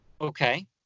okay